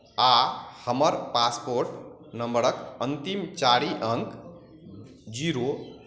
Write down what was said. आ हमर पासपोर्ट नम्बरक अन्तिम चारि अंक जीरो